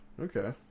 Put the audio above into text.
Okay